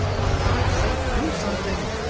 for god's sake, do something!